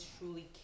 truly